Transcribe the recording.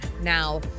Now